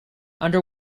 under